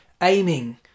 aiming